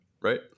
right